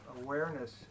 awareness